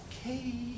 okay